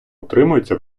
утримуються